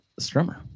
strummer